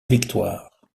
victoire